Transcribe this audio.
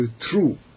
true